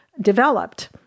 developed